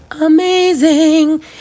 amazing